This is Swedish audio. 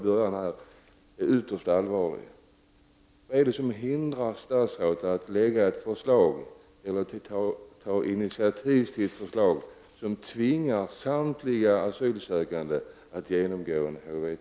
Vad är det som hindrar statsrådet att ta initiativ till ett förslag som innebär att samtliga asylsökande tvingas genomgå HIV-test?